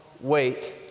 wait